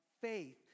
faith